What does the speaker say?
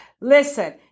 Listen